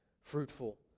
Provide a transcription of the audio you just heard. fruitful